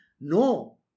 No